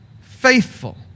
faithful